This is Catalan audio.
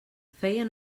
feien